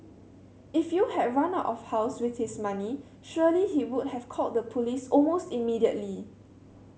if you had run out of house with his money surely he would have called the police almost immediately